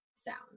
sound